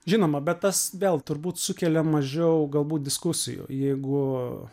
žinoma bet tas vėl turbūt sukelia mažiau galbūt diskusijų jeigu